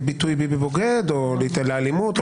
הביטוי "ביבי בוגד" או את האלימות או